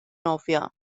nofio